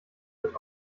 wird